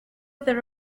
their